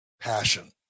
passion